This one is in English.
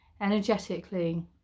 energetically